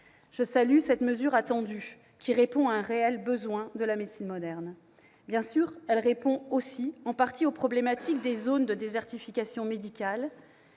Je salue cette mesure attendue, qui répond à un réel besoin de la médecine moderne. Certes, elle répond aussi en partie aux problématiques des zones de désertification médicale,